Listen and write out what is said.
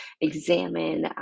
examine